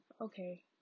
Okay